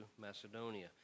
Macedonia